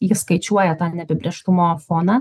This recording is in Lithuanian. įskaičiuoja tą neapibrėžtumo foną